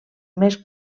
més